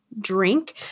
drink